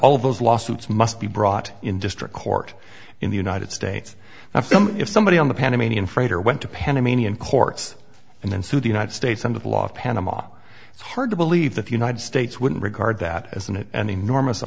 all those lawsuits must be brought in district court in the united states now if somebody on the panamanian freighter went to panamanian courts and then sued the united states under the law of panama it's hard to believe that the united states wouldn't regard that as an